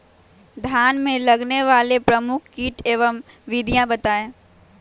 धान में लगने वाले प्रमुख कीट एवं विधियां बताएं?